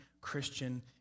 Christian